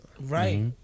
Right